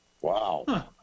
Wow